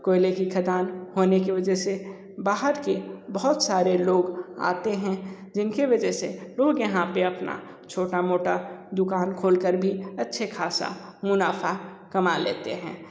कोयले की खदान होने की वजह से बाहर के बहुत सारे लोग आते हैं जिनकी वजह से लोग यहाँ पर अपना छोटा मोटा दुकान खोल कर भी अच्छे ख़ासा मुनाफ़ा कमा लेते हैं